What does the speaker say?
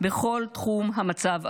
בכל תחום המצב עגום.